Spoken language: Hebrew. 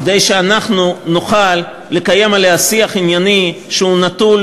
כדי שאנחנו נוכל לקיים עליה שיח ענייני שהוא נטול,